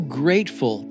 grateful